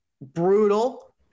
brutal